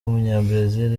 w’umunyabrazil